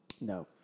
No